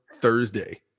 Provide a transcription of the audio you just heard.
Thursday